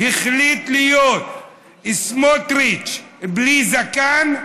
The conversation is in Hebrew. החליט להיות סמוטריץ בלי זקן,